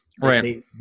Right